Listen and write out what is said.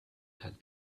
had